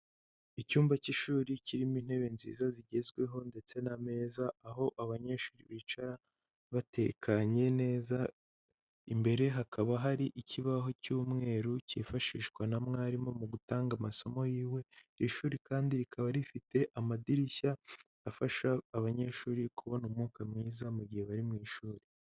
Icyumba cy'ishuri kirimo intebe nziza zigezweho ndetse n'ameza, aho abanyeshuri bicara batekanye neza Imbere hakaba hari ikibaho cy'umweru cyifashishwa na mwarimu mu gutanga amasomo yiwe. Iri shuri kandi rikaba rifite amadirishya afasha abanyeshuri kubona umwuka mwiza, mu gihe bari mu ishuri.